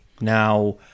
Now